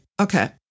okay